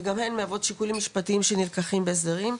וגם הן מהוות שיקולים משפטיים שנלקחים בהסדרים.